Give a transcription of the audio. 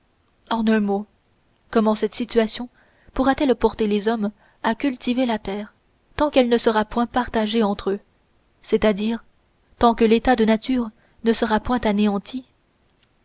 en un mot comment cette situation pourra-t-elle porter les hommes à cultiver la terre tant qu'elle ne sera point partagée entre eux c'est-à-dire tant que l'état de nature ne sera point anéanti